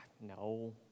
No